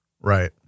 right